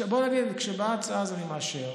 בואי נגיד, כשבאה הצעה, אני מאשר.